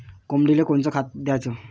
कोंबडीले कोनच खाद्य द्याच?